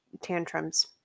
tantrums